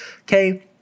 Okay